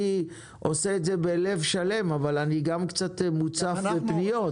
אני עושה את זה בלב שלם אבל אני קצת מוצף פניות.